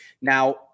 Now